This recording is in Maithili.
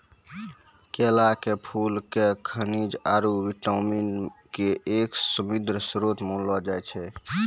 केला के फूल क खनिज आरो विटामिन के एक समृद्ध श्रोत मानलो जाय छै